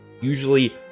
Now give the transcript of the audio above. Usually